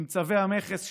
עם צווי המכס,